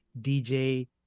dj